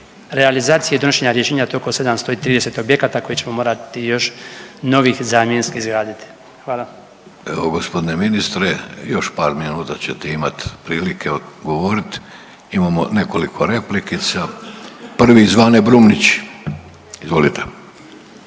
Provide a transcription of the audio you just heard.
realizacije donošenja rješenja tokom 730 objekata koje ćemo morati još novih zamjenskih izgraditi. Hvala. **Vidović, Davorko (Socijaldemokrati)** Evo gospodine ministre još par minuta ćete imati prilike odgovoriti. Imamo nekoliko replikica. Prvi Zvane Brumnić, izvolite.